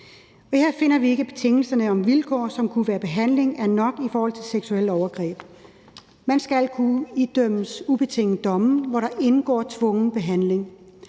Her finder vi ikke, at betingelser om vilkår, som kunne være behandling, er nok i forhold til seksuelle overgreb. Man skal kunne idømmes ubetingede domme, hvor der indgår tvungen behandling,